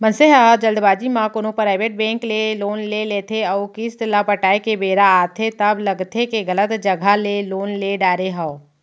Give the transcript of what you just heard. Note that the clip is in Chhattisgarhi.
मनसे ह जल्दबाजी म कोनो पराइबेट बेंक ले लोन ले लेथे अउ किस्त ल पटाए के बेरा आथे तब लगथे के गलत जघा ले लोन ले डारे हँव